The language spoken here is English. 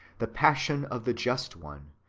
the passion of the just one,